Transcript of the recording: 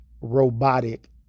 robotic